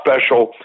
special